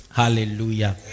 hallelujah